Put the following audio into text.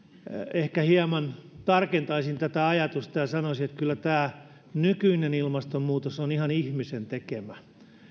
ehkä hieman tarkentaisin tätä ajatusta ja sanoisin että kyllä tämä nykyinen ilmastonmuutos on ihan ihmisen tekemä